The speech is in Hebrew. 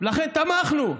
ולכן תמכנו.